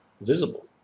visible